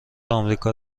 آمریکا